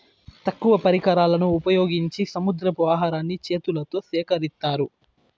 తక్కువ పరికరాలను ఉపయోగించి సముద్రపు ఆహారాన్ని చేతులతో సేకరిత్తారు